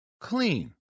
clean